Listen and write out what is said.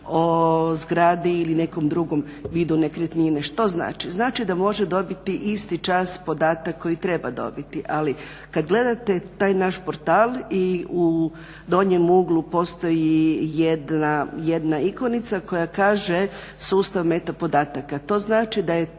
o zgradi ili nekom drugom vidu nekretnine. Što znači? Znači da može dobiti isti čas podatak koji treba dobiti. Ali kad gledate taj naš portal i u donjem uglu postoji jedna ikonica koja kaže sustav meta podataka.